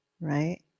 right